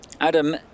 Adam